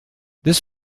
this